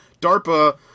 DARPA